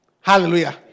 Hallelujah